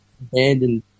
Abandoned